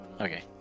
Okay